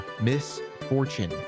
misfortune